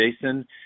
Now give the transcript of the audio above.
Jason